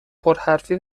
پرحرفی